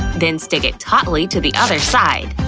then stick it tautly to the other side.